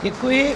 Děkuji.